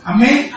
Amen